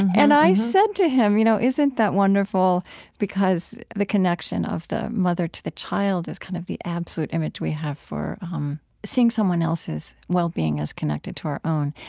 and i said to him, you know, isn't that wonderful because the connection of the mother to the child is kind of the absolute image we have for um seeing someone else's well-being as connected to our own?